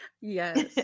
Yes